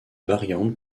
variantes